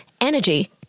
energy